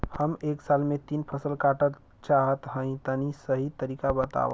हम एक साल में तीन फसल काटल चाहत हइं तनि सही तरीका बतावा?